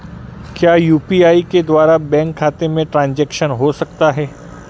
क्या यू.पी.आई के द्वारा बैंक खाते में ट्रैन्ज़ैक्शन हो सकता है?